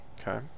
Okay